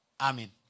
Amen